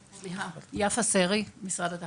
יפה סרי, משרד התחבורה.